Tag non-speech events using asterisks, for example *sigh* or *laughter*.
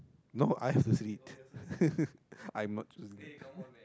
no I have to read *laughs* I'm not choosy